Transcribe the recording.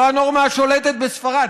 זו הנורמה השולטת בספרד.